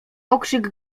okrzyk